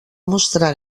mostrar